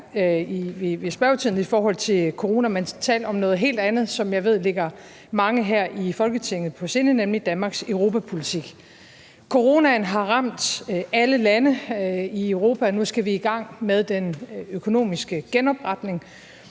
i spørgetiden på corona, men tale om noget helt andet, som jeg ved ligger mange her i Folketinget på sinde, nemlig Danmarks europapolitik. Coronaen har ramt alle lande i Europa, og nu skal vi i gang med den økonomiske genopretning.